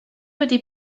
wedi